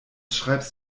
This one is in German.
schreibst